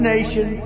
Nation